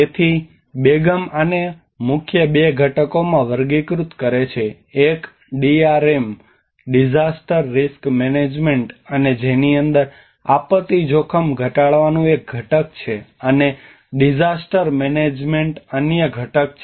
તેથી બેગમ આને બે મુખ્ય ઘટકોમાં વર્ગીકૃત કરે છે એક ડીઆરએમ ડિઝાસ્ટર રિસ્ક મેનેજમેન્ટ અને જેની અંદર આપત્તિ જોખમ ઘટાડવાનું એક ઘટક છે અને ડિઝાસ્ટર મેનેજમેન્ટ અન્ય ઘટક છે